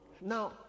Now